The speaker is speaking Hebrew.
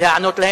להיענות להן.